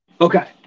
Okay